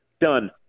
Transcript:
done